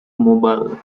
mobile